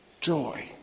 joy